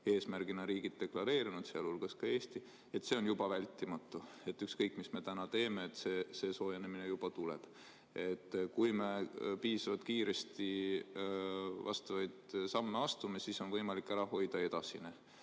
eesmärgina riigid deklareerinud, sealhulgas Eesti. See on juba vältimatu, ükskõik, mis me täna teeme, see soojenemine tuleb. Kui me piisavalt kiiresti vajalikke samme astume, siis on võimalik ära hoida edasine